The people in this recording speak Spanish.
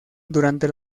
durante